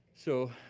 so